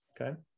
okay